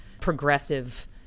progressive